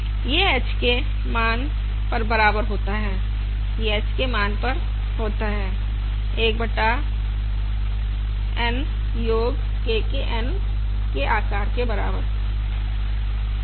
यह h के मान पर बराबर होता है यह h के मान पर होता है जो 1 बटा N समेशन K बराबर 1 से N yK के बराबर होता है